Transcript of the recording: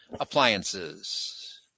Appliances